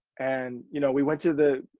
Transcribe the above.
and, you know, we went to the,